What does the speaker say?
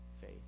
faith